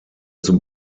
zum